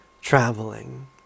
traveling